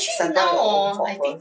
settle your own cock first